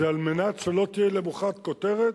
זה על מנת שלא תהיה למחרת כותרת: